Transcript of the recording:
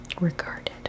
regarded